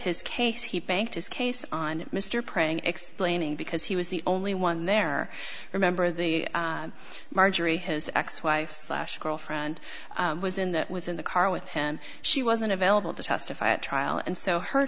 his case he banked his case on mr praying explaining because he was the only one there remember the marjorie his ex wife slash girlfriend was in that was in the car with him she wasn't available to testify at trial and so her